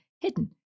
hidden